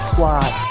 Squad